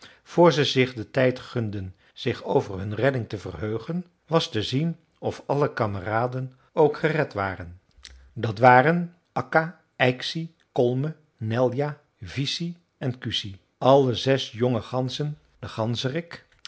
vr ze zich den tijd gunden zich over hun redding te verheugen was te zien of alle kameraden ook gered waren daar waren akka yksi kolme neljä viisi en kuusi alle zes jonge ganzen de